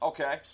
Okay